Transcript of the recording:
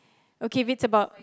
okay it's about